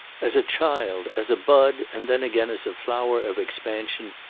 as a child, as a bud, and then again as a flower of expansion,